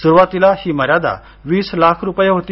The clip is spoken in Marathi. सुरुवातीला ही मर्यादा वीस लाख रुपये होती